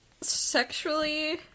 sexually